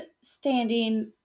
standing